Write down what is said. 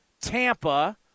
Tampa